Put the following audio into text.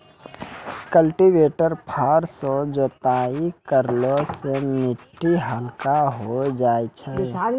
cultivator फार सँ जोताई करला सें मिट्टी हल्का होय जाय छै